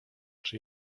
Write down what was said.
czy